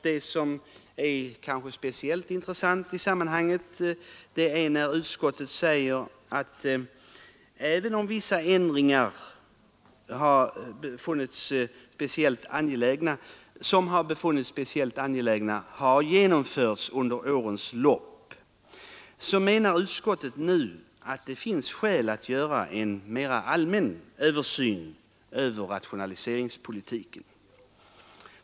Det som kanske har speciellt intresse i sammanhanget är följande uttalande av utskottet: ”Även om vissa ändringar, vilka befunnits särskilt angelägna, har genomförts under denna period finns det enligt utskottets mening skäl att nu göra en mera allmän översyn Över rationaliseringspolitiken.